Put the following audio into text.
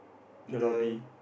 the